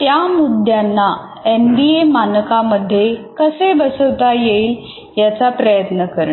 त्या मुद्द्यांना एनबीए मानकामध्ये कसे बसविता येईल याचा प्रयत्न करणे